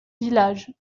village